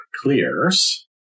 clears